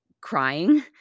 crying